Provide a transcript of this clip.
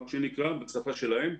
כך זה נקרא בשפה שלהם,